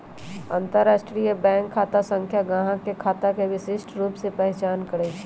अंतरराष्ट्रीय बैंक खता संख्या गाहक के खता के विशिष्ट रूप से पहीचान करइ छै